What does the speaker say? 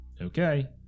Okay